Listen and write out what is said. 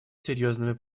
серьезными